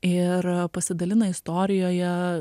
ir pasidalina istorijoje